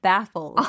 Baffled